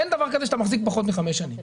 אין דבר כזה שאתה מחזיק פחות מ-5 שנים.